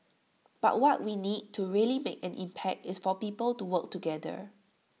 but what we need to really make an impact is for people to work together